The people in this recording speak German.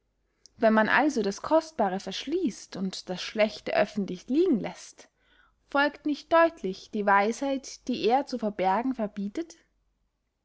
wenn man also das kostbare verschließt und das schlechte öffentlich liegen läßt folgt nicht deutlich die weisheit die er zu verbergen verbietet